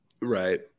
Right